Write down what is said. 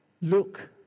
Look